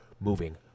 moving